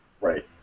Right